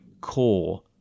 core